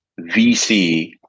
VC